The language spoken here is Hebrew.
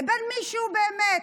לבין מי שהוא באמת.